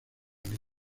liga